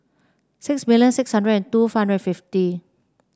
six million six hundred and two hundred fifty